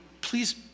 please